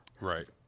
right